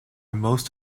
most